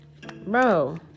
bro